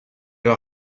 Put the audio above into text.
leur